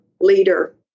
leader